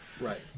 Right